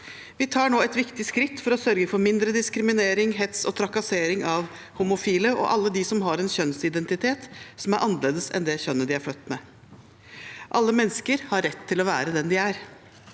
Vi tar nå et viktig skritt for å sørge for mindre diskriminering, hets og trakassering av homofile og alle de som har en kjønnsidentitet som er annerledes enn det kjønnet de er født med. Alle mennesker har rett til å være den de er,